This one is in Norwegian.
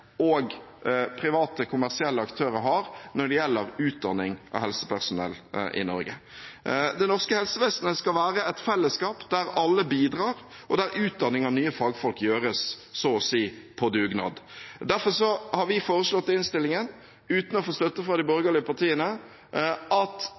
og private kommersielle aktører har når det gjelder utdanning av helsepersonell i Norge. Det norske helsevesenet skal være et fellesskap der alle bidrar og der utdanning av nye fagfolk gjøres så å si på dugnad. Derfor har vi foreslått i innstillingen – uten å få støtte fra de borgerlige partiene – at